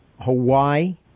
Hawaii